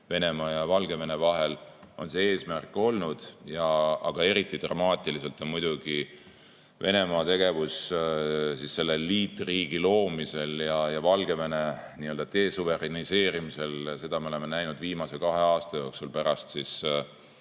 Venemaa ja Valgevene vahel, on see eesmärk olnud. Aga eriti dramaatiline on muidugi Venemaa tegevus selle liitriigi loomisel ja Valgevene nii-öelda desuveräniseerimisel. Seda me oleme näinud viimase kahe aasta jooksul pärast